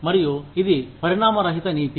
మరియు ఇది పరిణామరహిత నీతి